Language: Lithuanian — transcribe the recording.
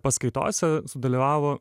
paskaitose sudalyvavo